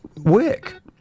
work